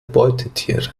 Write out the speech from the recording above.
beutetiere